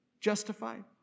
justified